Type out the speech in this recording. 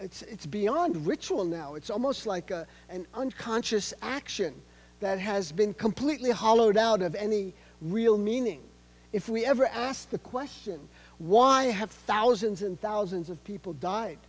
know it's beyond ritual now it's almost like an unconscious action that has been completely hollowed out of any real meaning if we ever asked the question why have thousands and thousands of people died